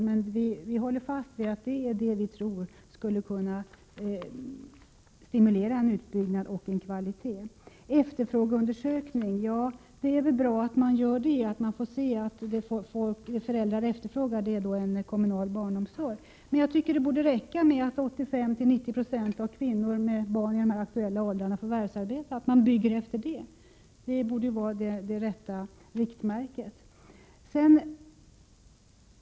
Men vi håller fast vid att vi tror att detta skulle kunna stimulera utbyggnad och kvalitet. Att man gör en efterfrågeundersökning är väl bra — att man får se att vad föräldrar efterfrågar är en kommunal barnomsorg. Men jag tycker att det borde räcka med att man bygger med hänsyn till att 85-90 96 av alla kvinnor med barn i de här aktuella åldrarna förvärvsarbetar. Det borde ju vara det rätta riktmärket.